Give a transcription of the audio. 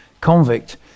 convict